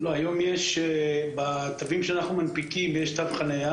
היום בתווים שאנחנו מנפיקים יש תו חניה